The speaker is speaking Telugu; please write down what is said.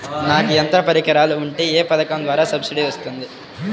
నాకు యంత్ర పరికరాలు ఉంటే ఏ పథకం ద్వారా సబ్సిడీ వస్తుంది?